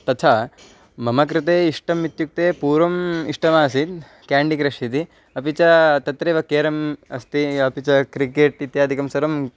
तथा मम कृते इष्टम् इत्युक्ते पूर्वम् इष्टमासीत् केण्डि क्रश् इति अपि च तत्रेव केरम् अस्ति अपि च क्रिकेट् इत्यादिकं सर्वं